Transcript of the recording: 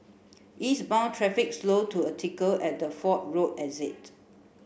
eastbound traffic slowed to a trickle at the Fort Road exit